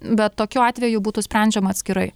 bet tokiu atveju būtų sprendžiama atskirai